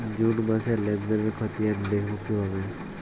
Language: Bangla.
জুন মাসের লেনদেনের খতিয়ান দেখবো কিভাবে?